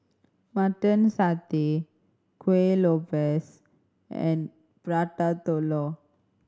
Mutton Satay Kueh Lopes and Prata Telur